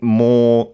more